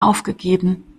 aufgegeben